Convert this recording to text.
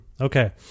Okay